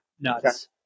nuts